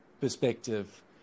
perspective